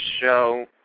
show